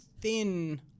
thin